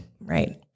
Right